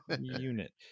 Unit